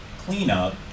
cleanup